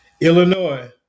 Illinois